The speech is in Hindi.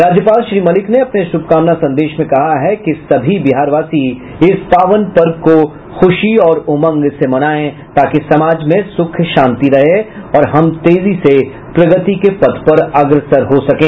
राज्यपाल श्री मलिक ने अपने शुभकामना संदेश में कहा है कि सभी बिहारवासी इस पावन पर्व को खुशी और उमंग से मनाये ताकि समाज में सुख शांति रहे और हम तेजी से प्रगति के पथ पर अग्रसर हो सकें